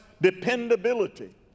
dependability